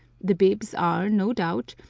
the bibs are, no doubt,